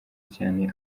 cyane